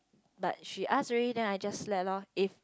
but she ask already then I just let loh if